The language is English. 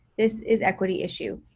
this is equity issue.